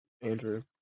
Andrew